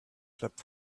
slept